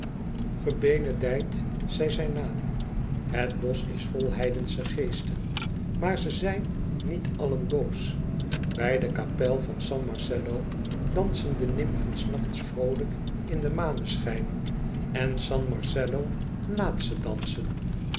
gebenedijd zij zijn naam het bosch is vol heidensche geesten maar ze zijn niet alien boos bij de kapel van san marcello dansen de nymfen s nachts vroolijk in den maneschijn en san marcello liat ze dansen